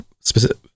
specific